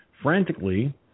frantically